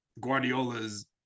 guardiola's